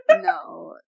No